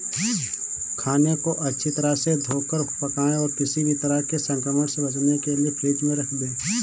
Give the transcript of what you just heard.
खाने को अच्छी तरह से धोकर पकाएं और किसी भी तरह के संक्रमण से बचने के लिए फ्रिज में रख दें